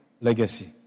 legacy